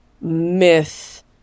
myth